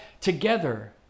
together